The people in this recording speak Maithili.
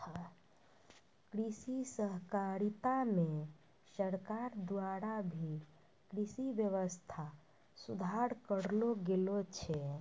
कृषि सहकारिता मे सरकार द्वारा भी कृषि वेवस्था सुधार करलो गेलो छै